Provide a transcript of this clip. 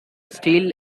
still